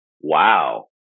Wow